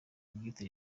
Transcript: ubwite